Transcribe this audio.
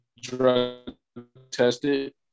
drug-tested